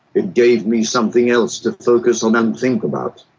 it gave me something else to focus on and think about.